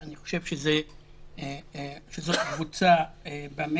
אני חושב שזו קבוצה במשק